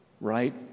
right